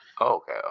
okay